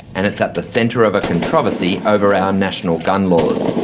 and it's at the centre of a controversy over our national gun laws.